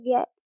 get